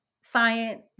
science